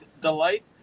delight